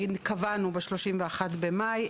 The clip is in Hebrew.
קבענו ב-31 במאי.